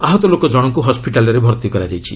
ଆହତ ଲୋକ ଜଣଙ୍କୁ ହସ୍କିଟାଲ୍ରେ ଭର୍ତ୍ତି କରାଯାଇଛି